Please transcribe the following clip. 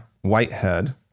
Whitehead